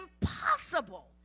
impossible